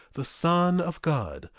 the son of god,